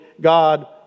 God